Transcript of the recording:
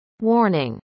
Warning